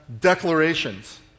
declarations